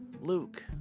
Luke